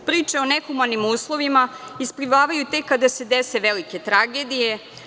Priče o nehumanim uslovima isplivavaju tek kada se dese velike tragedije.